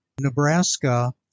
Nebraska